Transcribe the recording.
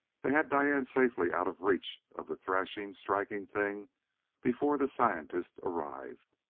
they had diane safely out of reach of the threshing, striking thing before the scientist arrived.